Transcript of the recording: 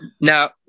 now